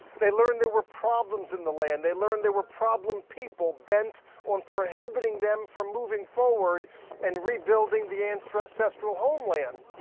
they learned there was problems in the land. they learned there were problem people bent on prohibiting them from moving forward and rebuilding the and so ancestral homeland.